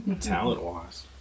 talent-wise